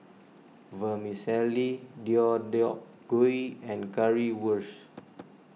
Vermicelli Deodeok Gui and Currywurst